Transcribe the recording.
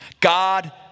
God